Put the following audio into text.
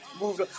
moved